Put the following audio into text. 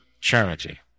charity